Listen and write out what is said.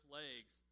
legs